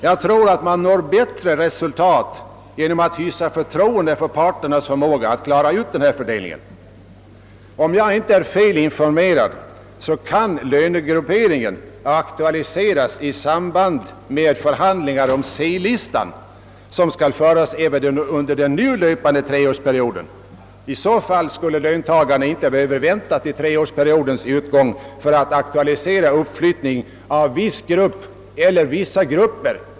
Jag tror att man når bättre resultat ge nom att hysa detta förtroende för parterna att göra den fördelning de finner lämpligast. Om jag inte är felinformerad kan lönegrupperingen aktualiseras i samband med de förhandlingar om C-listan som skall föras även under den nu löpande treårsperioden, I så fall skulle löntagarna inte behöva vänta till treårsperiodens utgång med att aktualisera kravet på en uppflyttning av viss ort eller vissa orter.